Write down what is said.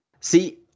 See